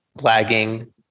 lagging